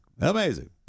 Amazing